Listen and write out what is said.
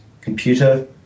computer